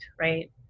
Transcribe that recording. right